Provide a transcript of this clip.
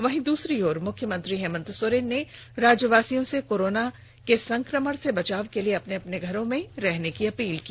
वहीं दूसरी ओर मुख्यमंत्री हेमंत सोरेन ने राज्यवासियों से कोरोना वायरस के संकमण से बचान के लिए अपने अपने घरों में रहने की अपील की